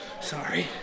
sorry